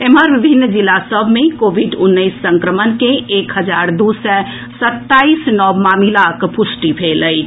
एम्हर विभिन्न जिला सभ मे कोविड उन्नैस संक्रमण के एक हजार दू सय सत्ताईस नव मामिलाक पुष्टि भेल अछि